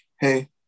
hey